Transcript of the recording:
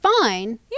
fine